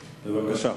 בבקשה.